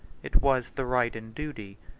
it was the right and duty,